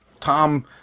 Tom